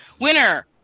Winner